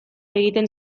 egiten